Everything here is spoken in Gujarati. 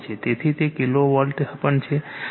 તેથી તે કિલોવોલ્ટ પણ છે